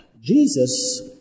Jesus